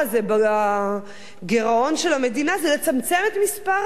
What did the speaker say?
בגירעון של המדינה זה לצמצם את מספר השרים.